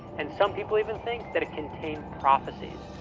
and some people even think that it contains prophecies.